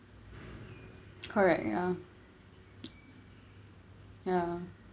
correct ya ya